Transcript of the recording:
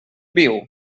viu